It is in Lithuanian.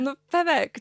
nu beveik